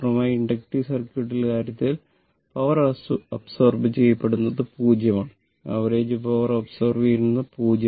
പൂർണ്ണമായും ഇൻഡക്റ്റീവ് സർക്യൂട്ടിന്റെ കാര്യത്തിൽ പവർ അബ്സോർബ് ചെയ്യപ്പെടുന്നത് 0 ആണ് ആവറേജ് പവർ അബ്സോർബ് ചെയ്യപ്പെടുന്നത് 0